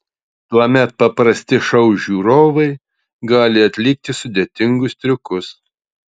tuomet paprasti šou žiūrovai gali atlikti sudėtingus triukus